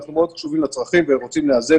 אנחנו מאוד קשובים לצרכים ורוצים לאזן